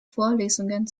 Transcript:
vorlesungen